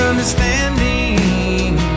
Understanding